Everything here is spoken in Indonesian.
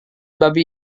babi